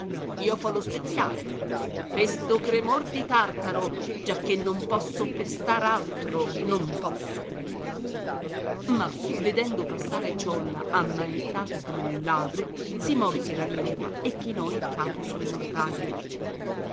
fo lo speziale pesto cremor di tartaro giacché non posso pestar altro non posso ma vedendo passare ciolla ammanettato come un ladro si morse la lingua e chinò il capo sul mortaio